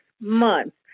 months